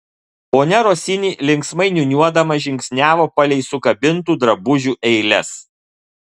ponia rosini linksmai niūniuodama žingsniavo palei sukabintų drabužių eiles